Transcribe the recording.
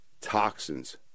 toxins